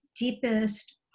deepest